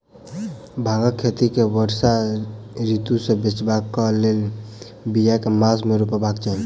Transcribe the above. भांगक खेती केँ वर्षा ऋतु सऽ बचेबाक कऽ लेल, बिया केँ मास मे रोपबाक चाहि?